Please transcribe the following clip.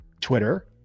Twitter